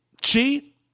cheat